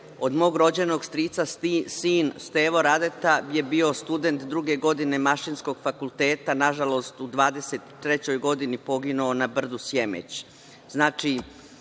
mog rođenog strica sin, Stevo Radeta, je bio student druge godine Mašinskog fakulteta. Nažalost, u 23. godini je poginuo na brdu Sjemeć.